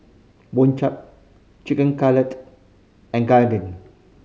Boribap Chicken Cutlet and Gyudon